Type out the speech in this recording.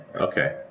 Okay